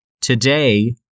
Today